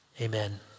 amen